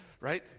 right